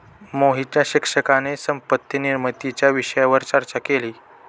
मोहितच्या शिक्षकाने संपत्ती निर्मितीच्या विषयावर चर्चा केली